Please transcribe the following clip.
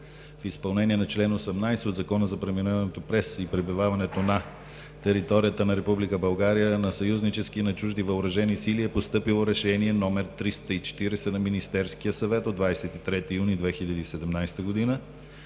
В изпълнение на чл. 18 от Закона за преминаването през и пребиваването на територията на Република България на съюзнически и на чужди въоръжени сили е постъпило Решение № 340 на Министерския съвет от 23 юни 2017 г.,